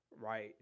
right